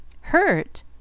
Hurt